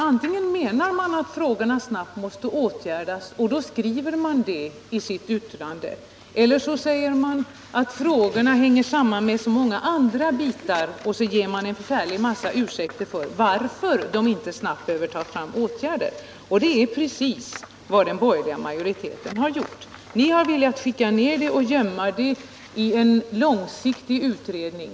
Antingen menar man att åtgärder snabbt måste vidtas och då kräver man det i sitt yttrande eller också säger man att frågorna hänger samman med så många andra bitar och framför en förfärlig massa ursäkter för att man inte snabbt föreslår åtgärder. Det är precis vad den borgerliga majoriteten har gjort. Ni har velat skicka över problemet och gömma det i en långsiktig utredning.